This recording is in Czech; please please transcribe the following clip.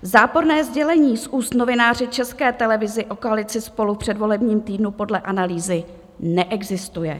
Záporné sdělení z úst novináře České televize o koalici SPOLU v předvolebním týdnu podle analýzy neexistuje.